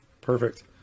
Perfect